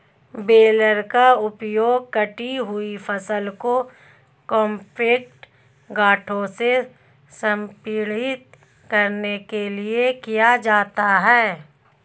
baler का उपयोग कटी हुई फसल को कॉम्पैक्ट गांठों में संपीड़ित करने के लिए किया जाता है